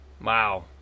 Wow